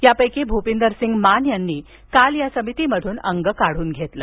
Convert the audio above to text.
यापैकी भूपिंदरसिंग मान यांनी काल या समितीतून अंग काढून घेतलं